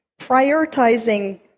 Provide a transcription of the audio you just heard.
prioritizing